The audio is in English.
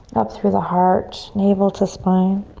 up through the heart, navel to spine.